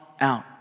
out